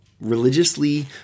religiously